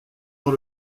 dans